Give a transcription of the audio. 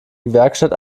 gewerkschaft